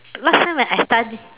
last time when I study